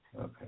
Okay